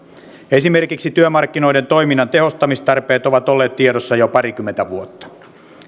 esimerkiksi työmarkkinoiden toiminnan tehostamistarpeet ovat olleet tiedossa jo parikymmentä vuotta